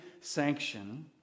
sanction